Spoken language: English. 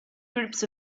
groups